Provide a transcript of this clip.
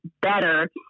better